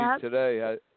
today